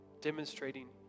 demonstrating